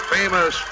famous